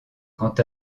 quant